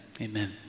amen